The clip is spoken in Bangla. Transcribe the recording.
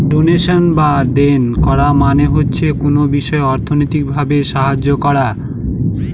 ডোনেশন বা দেন করা মানে হচ্ছে কোনো বিষয়ে অর্থনৈতিক ভাবে সাহায্য করা